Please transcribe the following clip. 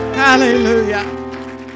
Hallelujah